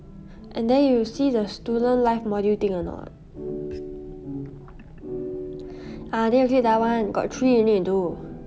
and then you see the student life module thing or not ah then you click that one got three you need to do